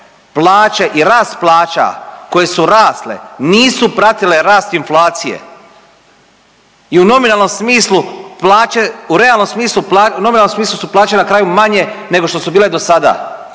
plaće i rast plaća koje su rasle nisu pratile rast inflacije. I u nominalnom smislu plaće u realnom smislu,